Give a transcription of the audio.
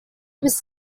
was